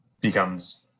becomes